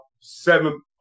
seven